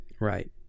Right